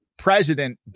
President